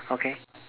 okay